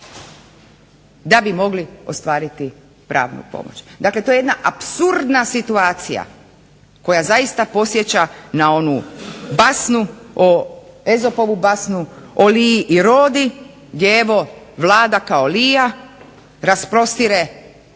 da bi mogli ostvariti pravnu pomoć. Dakle, to je jedna apsurdna situacija koja zaista podsjeća na onu Ezopovu "Basnu o liji i rodi" gdje evo Vlada kao lija rasprostire